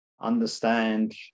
understand